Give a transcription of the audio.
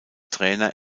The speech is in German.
trainer